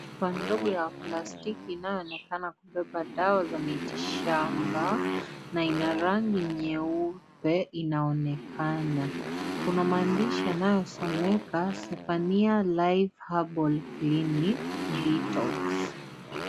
Chupa ndogo ya plastiki inayoonekana kubeba dawa za miti shamba na ina rangi nyeupe inaonekana, kuna maandishi yanayosomeka sephania life herbal clinic detox .